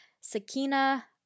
Sakina